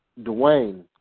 Dwayne